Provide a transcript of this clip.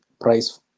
price